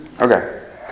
Okay